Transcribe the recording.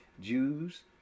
Jews